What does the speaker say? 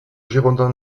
girondins